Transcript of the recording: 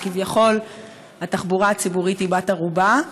וכביכול התחבורה הציבורית היא בת ערובה.